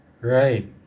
Right